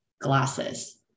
glasses